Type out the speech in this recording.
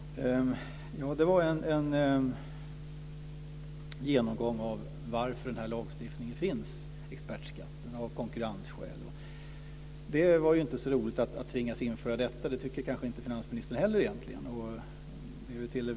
Fru talman! Det var en genomgång av varför lagstiftningen om expertskatten finns: av konkurrensskäl. Det var inte så roligt att tvingas införa detta; det tycker kanske inte finansministern heller egentligen.